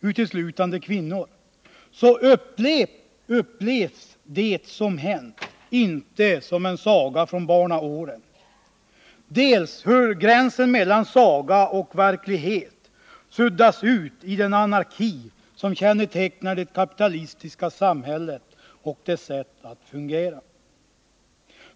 där — uteslutande kvinnor — upplevs det som hänt inte som en saga från barnaåren. Den andra slutsatsen hänför sig till hur gränsen mellan saga och verklighet suddas ut i den anarki som kännetecknar det kapitalistiska samhället och dess sätt att fungera.